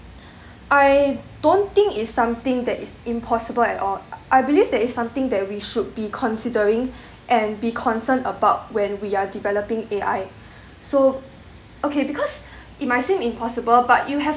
I don't think it's something that is impossible at all I believe that it's something that we should be considering and be concerned about when we are developing A_I so okay because it might seem impossible but you have